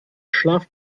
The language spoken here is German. schlaf